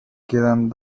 quedan